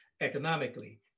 economically